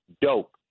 dope